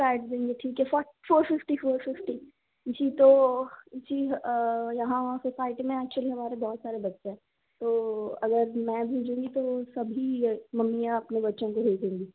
कर देंगी ठीक है फोर फिफ्टी फोर फिफ्टी जी तो जी यहाँ सोसाइटी में एक्चुअली हमारे बहुत सारे बच्चे हैं तो अगर मैं भेजूँगी तो सभी मम्मियाँ अपने बच्चों को भेजेंगी